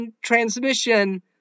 transmission